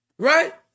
Right